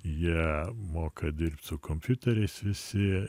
jie moka dirbt su kompiuteriais visi